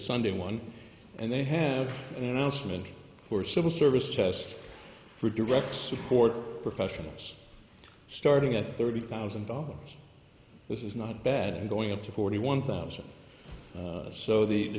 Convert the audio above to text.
sunday one and they have an announcement for civil service test for direct support professionals starting at thirty thousand dollars this is not bad going up to forty one thousand so the